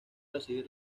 recibir